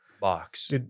box